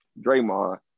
Draymond